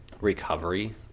recovery